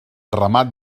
remat